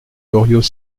loriot